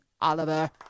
Oliver